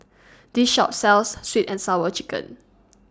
This Shop sells Sweet and Sour Chicken